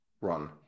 run